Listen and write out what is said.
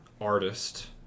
Artist